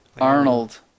Arnold